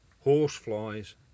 horseflies